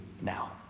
now